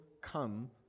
come